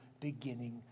beginning